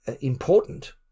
important